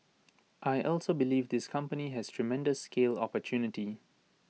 I also believe this company has tremendous scale opportunity